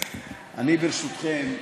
אני, ברשותכם,